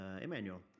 Emmanuel